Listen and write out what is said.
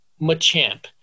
Machamp